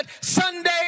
Sunday